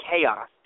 chaos